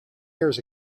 years